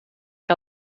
que